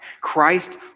Christ